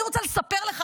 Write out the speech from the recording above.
אני רוצה לספר לך,